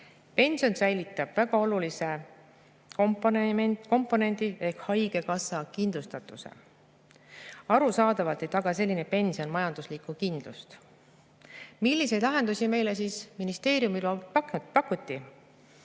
Pension säilitab väga olulise komponendi ehk haigekassa kindlustuse. Arusaadavalt ei taga selline pension majanduslikku kindlust. Milliseid lahendusi ministeeriumist pakuti?